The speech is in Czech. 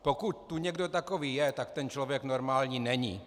Pokud tu někdo takový je, tak ten člověk normální není.